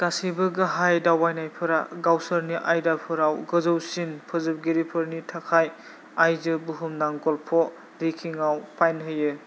गासैबो गाहाय दावबायनायफोरा गावसोरनि आयदाफोराव गोजौसिन फोजोबगिरिफोरनि थाखाय आयजो बुहुमनां गल्फ रेंकिंआव पइन्ट होयो